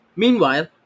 Meanwhile